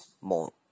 more